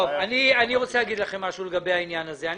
אני רוצה לומר לכם משהו לגבי העניין הזה.